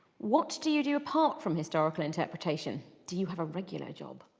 what do you do apart from historical interpretation do you have a regular job?